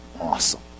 awesome